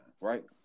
right